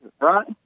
right